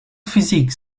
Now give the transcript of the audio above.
physique